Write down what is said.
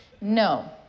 No